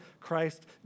Christ